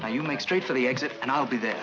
now you make straight for the exit and i'll be there